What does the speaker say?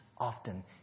often